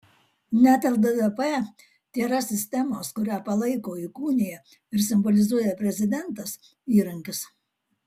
net lddp tėra sistemos kurią palaiko įkūnija ir simbolizuoja prezidentas įrankis